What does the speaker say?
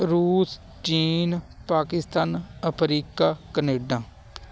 ਰੂਸ ਚੀਨ Pakistan Africa Canada